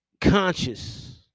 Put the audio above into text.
conscious